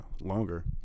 longer